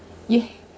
yeah